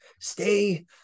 stay